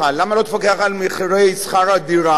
למה לא תפקח על מחירי שכר הדירה?